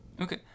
Okay